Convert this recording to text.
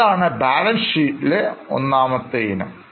അതാണ് ബാലൻസ് ഷീറ്റിലെ ഒന്നാമത്തെ ഇനം